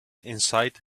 inside